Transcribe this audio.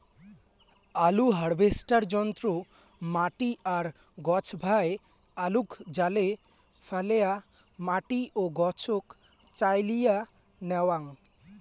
আলু হারভেস্টার যন্ত্র মাটি আর গছভায় আলুক জালে ফ্যালেয়া মাটি ও গছক চাইলিয়া ন্যাওয়াং